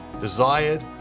desired